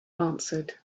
answered